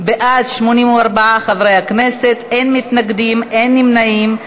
בעד, 84 חברי כנסת, אין מתנגדים, אין נמנעים.